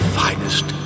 finest